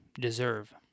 deserve